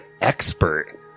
expert